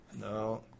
no